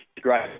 great